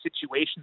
situation